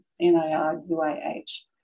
N-A-R-U-A-H